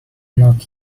not